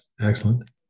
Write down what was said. excellent